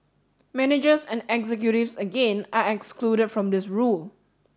managers and executives again are excluded from this rule